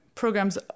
Programs